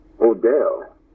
Odell